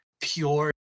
pure